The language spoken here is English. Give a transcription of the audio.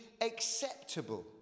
acceptable